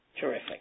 Terrific